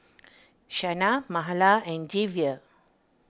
Shana Mahala and Javier